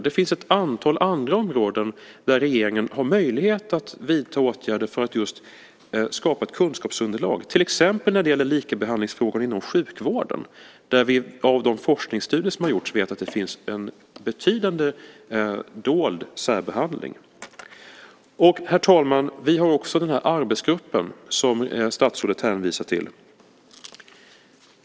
Det finns ett antal andra områden där regeringen har möjlighet att vidta åtgärder för att just skapa ett kunskapsunderlag, till exempel när det gäller likabehandlingsfrågor inom sjukvården, där vi av de forskningsstudier som har gjorts vet att det finns en betydande dold särbehandling. Herr talman! Vi har också den arbetsgrupp som statsrådet hänvisar till.